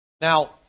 Now